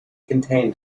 contained